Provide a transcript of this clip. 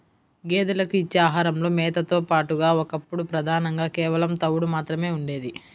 గేదెలకు ఇచ్చే ఆహారంలో మేతతో పాటుగా ఒకప్పుడు ప్రధానంగా కేవలం తవుడు మాత్రమే ఉండేది